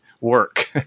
work